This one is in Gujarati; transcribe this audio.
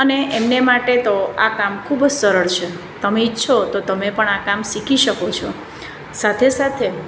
અને એમને માટે તો આ કામ ખૂબ જ સરળ છે તમે ઈચ્છો તો તમે પણ આ કામ શીખી શકો છો સાથે સાથે